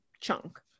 chunk